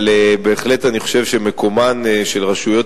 אבל אני בהחלט חושב שמקומן של רשויות